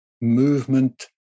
movement